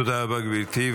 תודה רבה, גברתי.